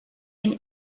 been